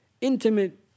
intimate